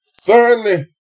thirdly